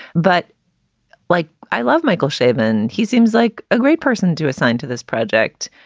but like i love michael shavohn, and he seems like a great person to assign to this project.